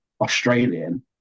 Australian